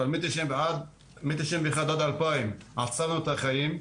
אבל מ-1991 ועד 2000 עצר לנו את החיים,